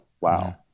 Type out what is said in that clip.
wow